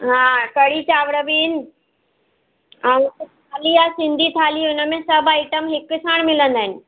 हा कढी चांवर बि आहिनि ऐं थाली आहे सिंधी थाली हुनमें सभु आइटम हिक सांण मिलंदा आहिनि